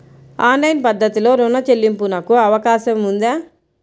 Online పద్ధతిలో రుణ చెల్లింపునకు అవకాశం ఉందా?